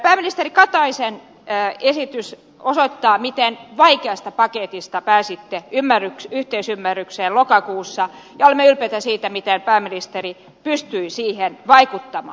pääministeri kataisen esitys osoittaa miten vaikeasta paketista pääsitte yhteisymmärrykseen lokakuussa ja olemme ylpeitä siitä miten pääministeri pystyi siihen vaikuttamaan